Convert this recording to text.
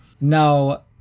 Now